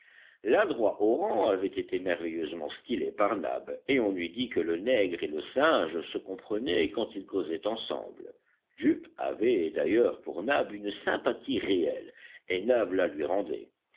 l'adroit orang avait été merveilleusement stylé par nab et on eût dit que le nègre et le singe se comprenaient quand ils causaient ensemble jup avait d'ailleurs pour nab une sympathie réelle et nab la lui rendait